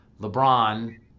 LeBron